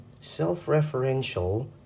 self-referential